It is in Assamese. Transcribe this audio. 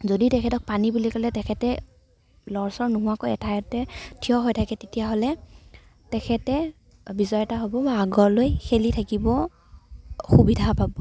যদি তেখেতক পানী বুলি ক'লে তেখেতে লৰচৰ নোহোৱাকৈ এঠাইতে থিয় হৈ থাকে তেতিয়াহ'লে তেখেতে বিজেতা হ'ব আগলৈ খেলি থাকিবলৈ সুবিধা পাব